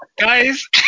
Guys